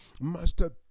Master